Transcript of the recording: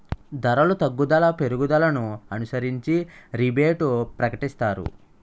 ధరలు తగ్గుదల పెరుగుదలను అనుసరించి రిబేటు ప్రకటిస్తారు